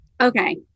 Okay